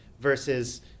versus